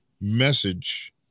message